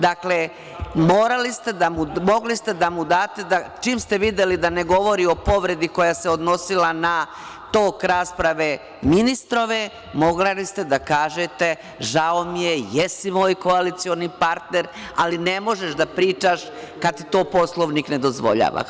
Dakle, morali ste, mogli ste da mu date čim ste videli da ne govori o povredi koja se odnosila na tok rasprave ministrove, mogli ste da kažete – žao mi je, jesi moj koalicioni partner, ali ne možeš da pričaš kad ti to Poslovnik ne dozvoljava.